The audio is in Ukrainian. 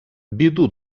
біду